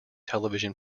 television